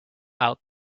out